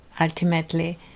ultimately